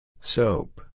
Soap